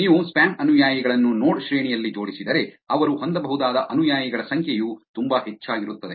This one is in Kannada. ನೀವು ಸ್ಪ್ಯಾಮ್ ಅನುಯಾಯಿಗಳನ್ನು ನೋಡ್ ಶ್ರೇಣಿಯಲ್ಲಿ ಜೋಡಿಸಿದರೆ ಅವರು ಹೊಂದಬಹುದಾದ ಅನುಯಾಯಿಗಳ ಸಂಖ್ಯೆಯು ತುಂಬಾ ಹೆಚ್ಚಾಗಿರುತ್ತದೆ